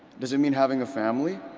does it mean having a family?